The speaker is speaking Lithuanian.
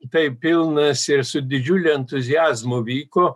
tai pilnas ir su didžiuliu entuziazmu vyko